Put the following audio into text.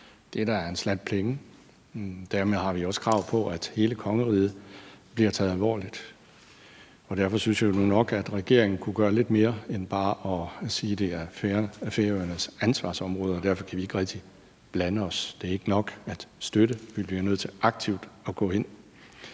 Det er da en slat penge, og dermed har vi også krav på, at hele kongeriget bliver taget alvorligt. Og derfor synes jeg nu nok, at regeringen kunne gøre lidt mere end bare at sige, at det er Færøernes ansvarsområde, og at vi derfor ikke rigtig kan blande os. Det er ikke nok at støtte, vi bliver nødt til aktivt at gå ind